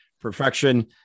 perfection